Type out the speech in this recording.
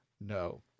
no